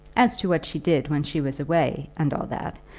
as to what she did when she was away, and all that,